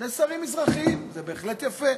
שני שרים מזרחיים, זה בהחלט יפה.